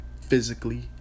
physically